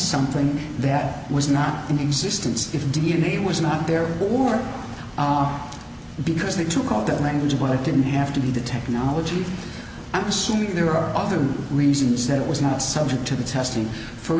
something that was not in existence if d n a was not there who are because they took all that language but i didn't have to be the technology i'm assuming there are other reasons that it was not subject to the testing for